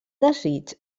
desig